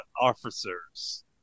officers